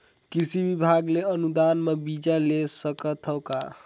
कृषि विभाग ले अनुदान म बीजा ले सकथव का?